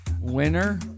winner